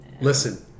listen